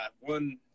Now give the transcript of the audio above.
one